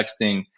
texting